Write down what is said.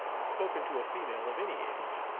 spoken to a female of any age,